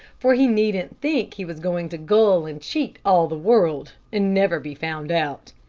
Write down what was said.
for he needn't think he was going to gull and cheat all the world, and never be found out.